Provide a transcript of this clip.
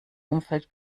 umfeld